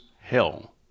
hell